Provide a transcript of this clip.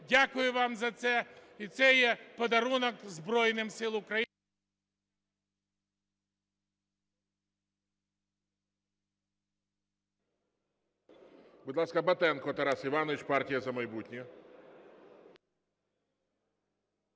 Дякую вам за це. І це є подарунок Збройним Силам України...